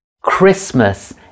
Christmas